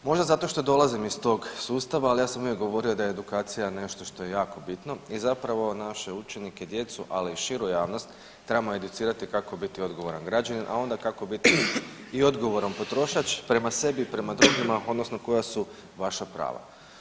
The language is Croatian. Možda zato što dolazim iz tog sustava, ali ja sam uvijek govorio da je edukacija nešto što je jako bitno i zapravo naše učenike i djecu, ali i širu javnost trebamo educirati kako biti odgovoran građanin, a onda kako biti i odgovoran potrošač prema sebi i prema drugima odnosno koja su vaša prava.